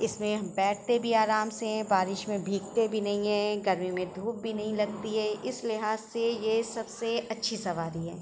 اس میں بیٹھتے بھی آرام سے ہیں بارش میں بھیگتے بھی نہیں ہیں گرمی میں دھوپ بھی نہیں لگتی ہے اس لحاظ سے یہ سب سے اچھی سواری ہے